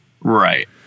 Right